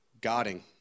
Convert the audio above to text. guarding